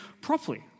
properly